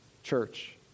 Church